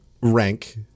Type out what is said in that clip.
rank